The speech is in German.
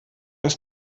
ist